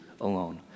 alone